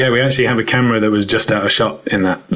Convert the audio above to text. yeah we actually have a camera that was just out of shot in that,